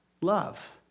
love